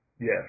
Yes